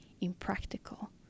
impractical